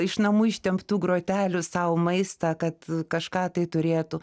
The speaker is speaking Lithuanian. iš namų ištemptų grotelių sau maistą kad kažką tai turėtų